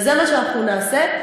וזה מה שאנחנו נעשה,